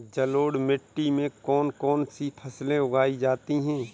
जलोढ़ मिट्टी में कौन कौन सी फसलें उगाई जाती हैं?